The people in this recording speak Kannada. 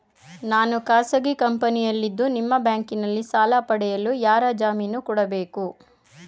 ನಾನು ಖಾಸಗಿ ಕಂಪನಿಯಲ್ಲಿದ್ದು ನಿಮ್ಮ ಬ್ಯಾಂಕಿನಲ್ಲಿ ಸಾಲ ಪಡೆಯಲು ಯಾರ ಜಾಮೀನು ಕೊಡಬೇಕು?